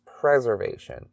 preservation